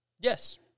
yes